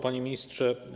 Panie Ministrze!